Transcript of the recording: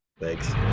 thanks